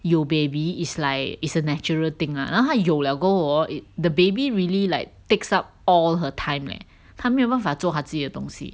有 baby is like is a natural thing ah 然后他有 liao 过后 hor the baby really like takes up all her time leh 他没有办法做她自己的东西